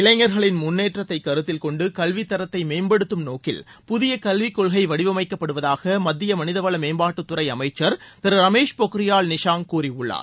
இளைஞர்களின் முன்னேற்றத்தை கருத்தில் கொண்டு கல்வி தரத்தை மேம்படுத்தும் நோக்கில் புதிய கல்வி கொள்கை வடிவளமக்கப்படுவதாக மத்திய மனித வள மேம்பாட்டுத்துறை அமைச்சர் திரு ரமேஷ் பொக்ரியால் நிஷாங்க் கூறியுள்ளார்